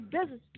business